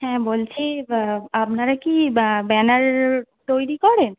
হ্যাঁ বলছি আপনারা কি ব্যানার তৈরি করেন